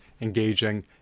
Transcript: engaging